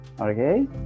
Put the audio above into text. okay